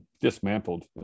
Dismantled